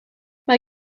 mae